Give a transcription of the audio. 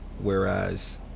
whereas